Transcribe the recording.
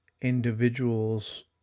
individuals